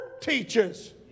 teaches